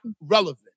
relevant